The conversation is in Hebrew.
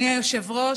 תודה רבה.